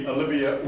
Olivia